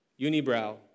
unibrow